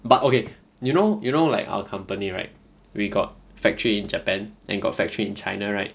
but okay you know you know like our company right we got factory in japan then got factory in china right